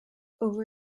over